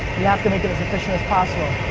you have to make it as efficient as possible.